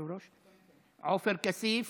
עופר כסיף